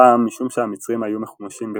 הפעם משום שהמצרים היו מחומשים במטוסים,